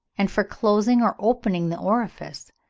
and for closing or opening the orifice,